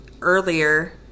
earlier